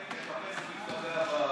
לקפץ למפלגה הבאה.